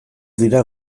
dira